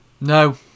No